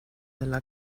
della